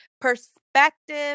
Perspective